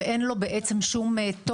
ואין לו בעצם שום טופס.